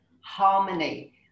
harmony